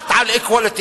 even not about equality.